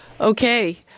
Okay